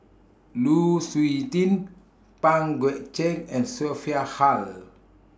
Lu Suitin Pang Guek Cheng and Sophia Hull